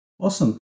awesome